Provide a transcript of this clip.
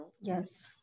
Yes